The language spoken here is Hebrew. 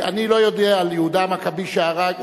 אני לא יודע על יהודה המכבי שהרג,